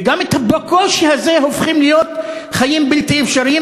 וגם את הבקושי הזה הופכים לחיים בלתי אפשריים?